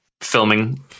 filming